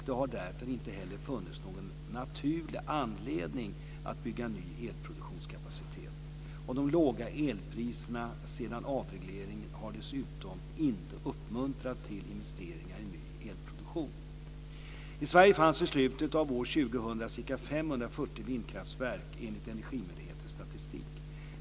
Det har därför inte heller funnits någon naturlig anledning att bygga ny elproduktionskapacitet. De låga elpriserna sedan avregleringen har dessutom inte uppmuntrat till investeringar i ny elproduktion. I Sverige fanns vid slutet av år 2000 ca 540 vindkraftverk, enligt Energimyndighetens statistik.